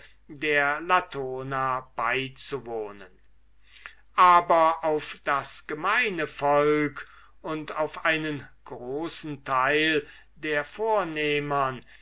der latona beizuwohnen aber auf das gemeine volk und auf einen großen teil der vornehmern